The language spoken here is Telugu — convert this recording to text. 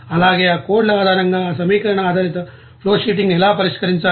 అలాగే ఆ కోడ్ల ఆధారంగా ఆ సమీకరణ ఆధారిత ఫ్లోషీటింగ్ను ఎలా పరిష్కరించాలి